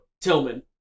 Tillman